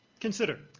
consider,